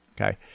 okay